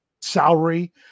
salary